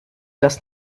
das